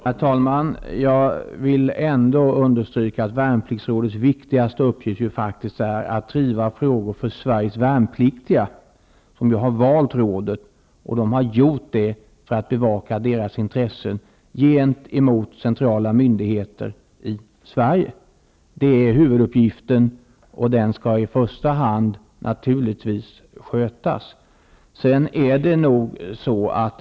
Herr talman! Jag vill ändock understryka att värnpliktsrådets viktigaste upp git är att driva frågor för Sveriges värnpliktiga, som ju har valt rådet. De har gjort det för att rådet skall bevaka deras intressen gentemot centrala myndig heter i Sverige. Det är huvuduppgiften, och den skall naturligtvis skötas i första hand.